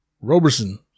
Roberson